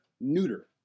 neuter